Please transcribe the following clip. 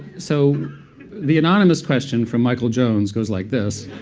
so the anonymous question from michael jones goes like this.